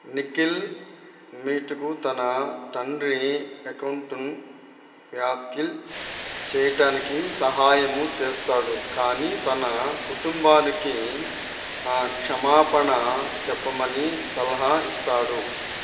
నిఖిల్ మీటాకు తన తండ్రి అకౌంటును హ్యాక్ చేయడానికి సహాయము చేస్తాడు కానీ తనా కుటుంబానికి క్షమాపణ చెప్పమని సలహా ఇస్తాడు